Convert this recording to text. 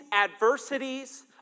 adversities